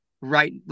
right